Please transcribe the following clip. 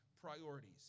priorities